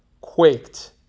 quaked